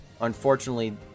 unfortunately